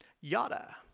yada